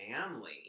family